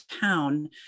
town